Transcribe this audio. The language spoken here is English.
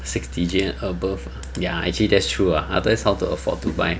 six digit and above ya actually that's true ah otherwise how to afford to buy